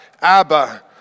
Abba